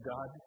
God